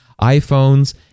iPhones